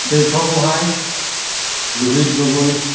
Tirtha Gohain Lohit Gogoi